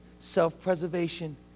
self-preservation